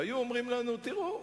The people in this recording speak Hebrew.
והיו אומרים לנו: תראו,